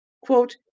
quote